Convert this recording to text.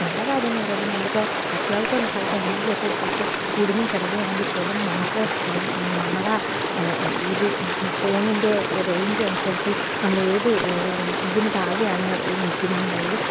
നല്ല കാര്യമെന്ന് പറയുമ്പോൾ നമ്മളിപ്പോൾ അത്യാവശ്യം ഒരു സ്ഥലത്ത് എന്തെങ്കിലും ഒരു സ്ഥലത്ത് കുടുങ്ങി കിടക്കുവാണെങ്കിൽ പോലും നമുക്ക് നമ്മുടെ ഇത് ഫോണിൻറെ റേഞ്ച് അനുസരിച്ച് നമ്മളെ ഏത് ഇതിന് താഴെയാണ് നിക്കുന്നെന്നുള്ളത്